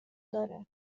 داره